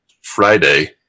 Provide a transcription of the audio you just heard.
Friday